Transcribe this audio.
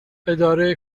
اداره